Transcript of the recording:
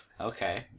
Okay